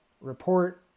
report